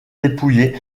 dépouillé